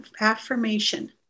affirmation